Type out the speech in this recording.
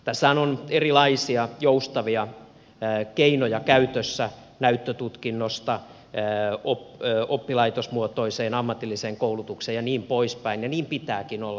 tässähän on erilaisia joustavia keinoja käytössä näyttötutkinnosta oppilaitosmuotoiseen ammatilliseen koulutukseen ja niin poispäin ja niin pitääkin olla